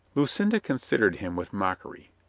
lucinda considered him with mockery.